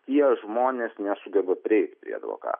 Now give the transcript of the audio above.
tie žmonės nesugeba prieiti prie advokato